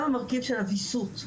גם המרכיב של הוויסות,